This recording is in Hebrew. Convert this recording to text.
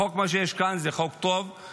החוק, כמו שיש כאן, זה חוק טוב.